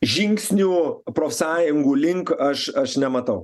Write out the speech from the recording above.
žingsnių profsąjungų link aš aš nematau